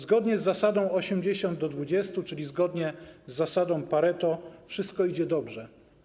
Zgodnie z zasadą 80 do 20, czyli zgodnie z zasadą Pareto, wszystko idzie dobrze.